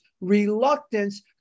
reluctance